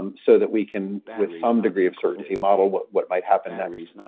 um so that we can with some degree of certainty model what what might happen next.